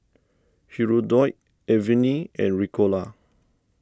Hirudoid Avene and Ricola